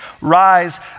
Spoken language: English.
rise